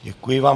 Děkuji vám.